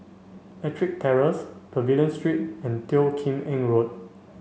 Ettrick Terrace Pavilion Street and Teo Kim Eng Road